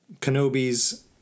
Kenobi's